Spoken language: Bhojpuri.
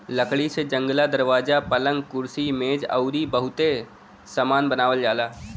लकड़ी से जंगला, दरवाजा, पलंग, कुर्सी मेज अउरी बहुते सामान बनावल जाला